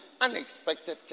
unexpected